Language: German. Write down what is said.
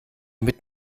mit